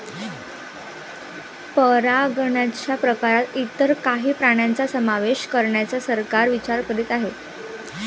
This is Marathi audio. परागकणच्या प्रकारात इतर काही प्राण्यांचा समावेश करण्याचा सरकार विचार करीत आहे